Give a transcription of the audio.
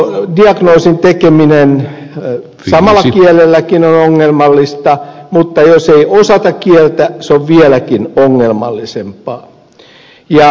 on selvää että jo diagnoosin tekeminen samalla kielelläkin on ongelmallista mutta jos ei osata kieltä se on vieläkin ongelmallisempaa